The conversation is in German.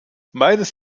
meines